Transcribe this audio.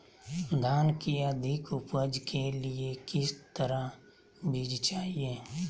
धान की अधिक उपज के लिए किस तरह बीज चाहिए?